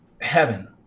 heaven